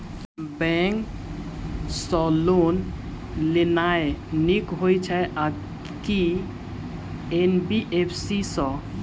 Bank सँ loan लेनाय नीक होइ छै आ की एन.बी.एफ.सी सँ?